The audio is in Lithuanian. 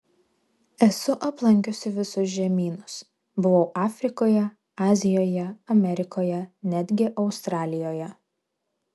esu aplankiusi visus žemynus buvau afrikoje azijoje amerikoje netgi australijoje